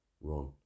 run